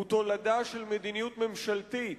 הוא תולדה של מדיניות ממשלתית